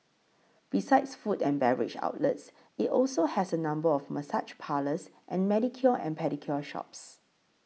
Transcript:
besides food and beverage outlets it also has a number of massage parlours and manicure and pedicure shops